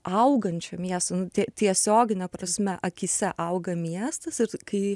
augančio miesto nu tiesiogine prasme akyse auga miestas kai